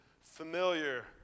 familiar